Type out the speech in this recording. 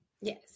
yes